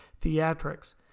theatrics